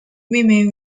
women